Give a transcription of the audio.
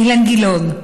אילן גילאון,